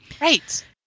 Right